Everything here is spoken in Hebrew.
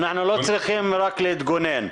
אנחנו לא צריכים רק להתגונן.